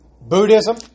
Buddhism